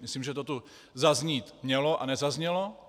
Myslím, že to tu zaznít mělo, a nezaznělo.